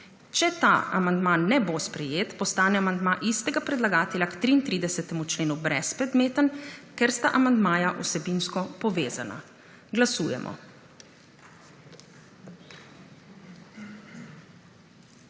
Če ta amandma je bo sprejet, postane amandma istega predlagatelja k 33. členu brezpredmeten, ker sta amandmaja vsebinsko povezana. Glasujemo.